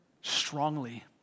strongly